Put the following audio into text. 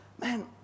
man